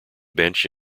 bench